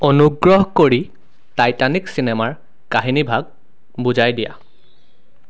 অনুগ্ৰহ কৰি টাইটানিক চিনেমাৰ কাহিনীভাগ বুজাই দিয়া